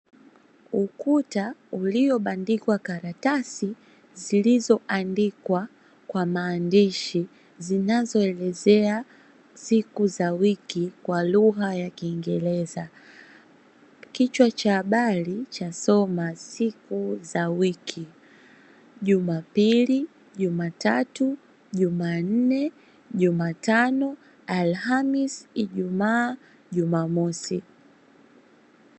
Ukuta uliobandikwa karatasi zilizoandikwa kwa maandishi zinazoelezea siku za wiki kwa lugha ya kingereza. Kichwa cha habari chasoma siku za wiki Jumapili, Jumatatu, Jumanne, Jumatano, Alhamisi, Ijumaa, Jumamosi.